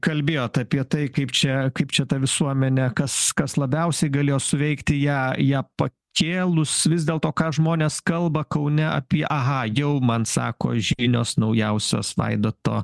kalbėjot apie tai kaip čia kaip čia tą visuomenę kas kas labiausiai galėjo suveikti ją ją pakėlus vis dėlto ką žmonės kalba kaune apie aha jau man sako žinios naujausios vaidoto